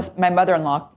my mother-in-law,